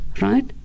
right